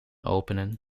openen